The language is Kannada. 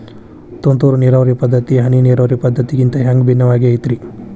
ತುಂತುರು ನೇರಾವರಿ ಪದ್ಧತಿ, ಹನಿ ನೇರಾವರಿ ಪದ್ಧತಿಗಿಂತ ಹ್ಯಾಂಗ ಭಿನ್ನವಾಗಿ ಐತ್ರಿ?